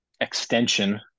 extension